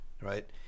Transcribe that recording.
right